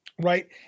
right